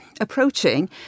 approaching